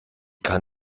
kann